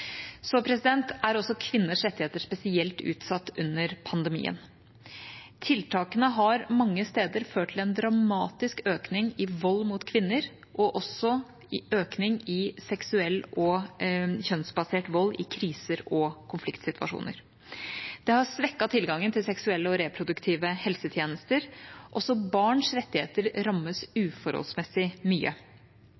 er også spesielt utsatt under pandemien. Tiltakene har mange steder ført til en dramatisk økning i vold mot kvinner og også en økning i seksuell og kjønnsbasert vold i kriser og konfliktsituasjoner. De har svekket tilgangen til seksuelle og reproduktive helsetjenester. Også barns rettigheter rammes